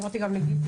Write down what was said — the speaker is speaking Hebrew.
אמרתי גם לגיטה,